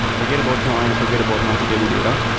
forget about joins. forget about multi-table data.